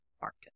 market